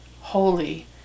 holy